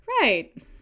Right